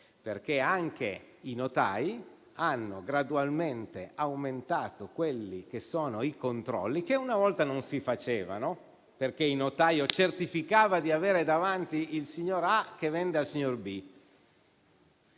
Anche i notai hanno gradualmente aumentato i controlli che una volta non si facevano, perché il notaio certificava di avere davanti il signor A che vendeva al signor B,